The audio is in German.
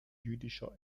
jüdischer